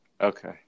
Okay